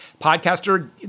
Podcaster